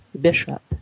bishop